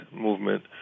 Movement